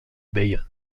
bayon